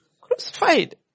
crucified